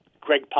Greg